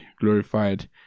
glorified